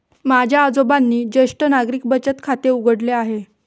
माझ्या आजोबांनी ज्येष्ठ नागरिक बचत खाते उघडले आहे